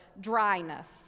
dryness